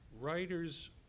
writers